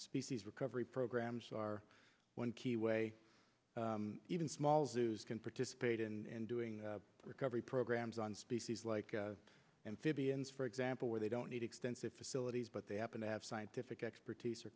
species recovery programs are one key way even small zoos can participate and doing recovery programs on species like and fabians for example where they don't need extensive facilities but they happen to have scientific expertise or